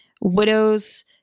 widows –